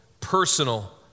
personal